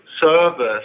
service